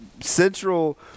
Central